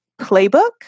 playbook